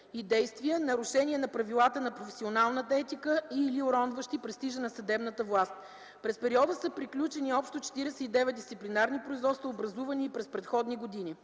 и действия, нарушение на правилата на професионалната етика и/или уронващи престижа на съдебната власт. През периода са приключени общо 49 дисциплинарни производства, образувани и през предходни години.